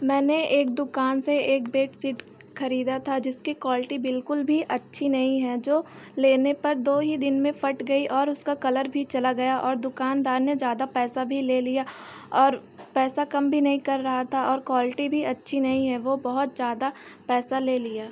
मैंने एक दुक़ान से एक बेडसीट खरीदी थी जिसकी क्वालिटी बिल्कुल भी अच्छी नहीं है जो लेने पर दो ही दिन में फट गई और उसका कलर भी चला गया और दुक़ानदार ने ज़्यादा पैसा भी ले लिया और पैसा कम भी नहीं कर रहा था और क्वालिटी भी अच्छी नहीं है वह बहुत ज़्यादा पैसा ले लिया